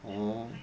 oh